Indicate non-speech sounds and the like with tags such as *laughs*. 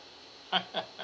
*laughs*